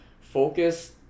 focus